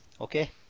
okay